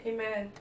Amen